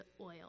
oil